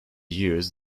years